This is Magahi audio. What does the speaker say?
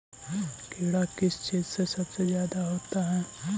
कीड़ा किस चीज से सबसे ज्यादा होता है?